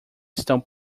estão